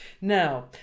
Now